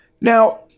Now